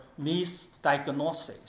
misdiagnosis